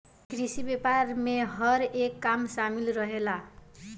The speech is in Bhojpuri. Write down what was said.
कृषि व्यापार में हर एक काम शामिल रहेला